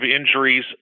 injuries